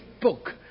book